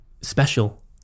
special